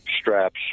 straps